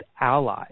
ally